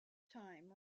time